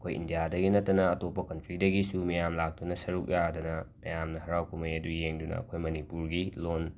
ꯑꯩꯈꯣꯏ ꯏꯟꯗꯤꯌꯥꯗꯒꯤ ꯅꯠꯇꯅ ꯑꯇꯣꯞꯄ ꯀꯟꯇ꯭ꯔꯤꯗꯒꯤꯁꯨ ꯃꯌꯥꯝ ꯂꯥꯛꯇꯨꯅ ꯁꯔꯨꯛ ꯌꯥꯗꯅ ꯃꯖꯥꯝꯅ ꯍꯔꯥꯎ ꯀꯨꯝꯃꯩ ꯑꯗꯨ ꯌꯦꯡꯗꯨꯅ ꯑꯩꯈꯣꯏ ꯃꯅꯤꯄꯨꯔꯒꯤ ꯂꯣꯟ